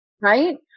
right